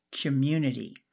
Community